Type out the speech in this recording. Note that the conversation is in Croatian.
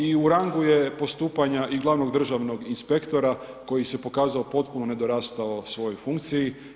I u rangu je postupanja i glavnog državnog inspektora koji se pokazao potpuno nedorastao svojoj funkciji.